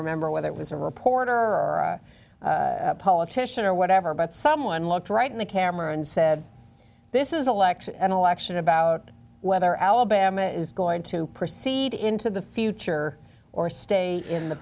remember whether it was a reporter or a politician or whatever but someone looked right in the camera and said this is election an election about whether al bama is going to proceed into the future or stay in the